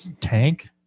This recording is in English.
tank